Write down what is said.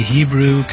Hebrew